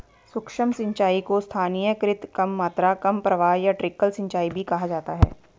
सूक्ष्म सिंचाई को स्थानीयकृत कम मात्रा कम प्रवाह या ट्रिकल सिंचाई भी कहा जाता है